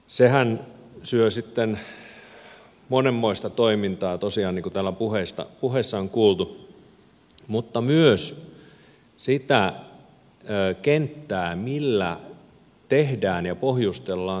sehän syö sitten monenmoista toimintaa tosiaan niin kuin täällä puheissa on kuultu mutta myös sitä kenttää millä tehdään ja pohjustellaan kauppoja